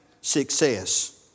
success